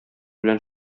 белән